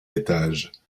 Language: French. étage